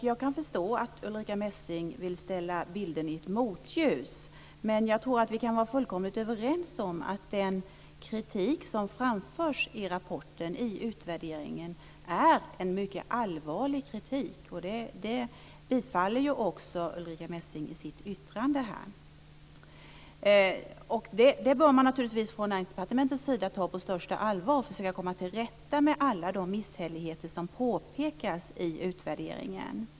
Jag kan förstå att Ulrica Messing vill ställa bilden i ett motljus men jag tror att vi kan vara fullständigt överens om att den kritik som framförs i utvärderingen är mycket allvarlig. Det tillstyrker ju också Ulrica Messing i sitt yttrande här. Från Näringsdepartementets sida bör man ta detta på största allvar. Det gäller alltså att försöka komma till rätta med alla de misshälligheter som det pekas på i utvärderingen.